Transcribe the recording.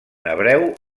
hebreu